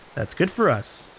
that's good for us.